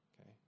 okay